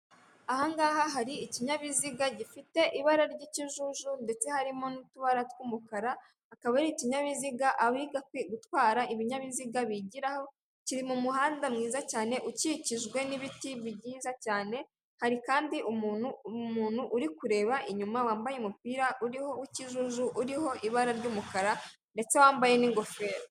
Ahangaha hari ikinyabiziga gifite ibara ry'ikijuju ndetse harimo n'utubara tw'umukara akaba ari ikinyabiziga abiga gutwara ibinyabiziga bigira kiri mu muhanda mwiza cyane ukikijwe n'ibiti bib cyane hari kandi umuntu umuntu uri kureba inyuma wambaye umupira uriho w'ikijuju uriho ibara ry'umukara ndetse wambaye n'ingofero.